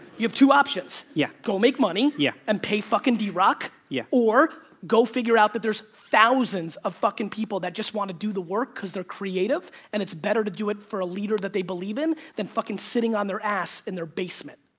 you have two options. yeah. go make money, yeah and pay fucking drock, yeah. or, go figure out that there's thousands of fucking people that just want to do the work cause they're creative. and it's better to do it for a leader that they believe in than fucking sitting on their ass in their basement.